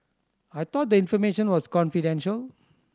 I thought the information was confidential